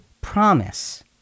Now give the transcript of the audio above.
promise